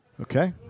Okay